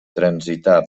transitar